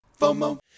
FOMO